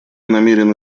намерены